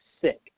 sick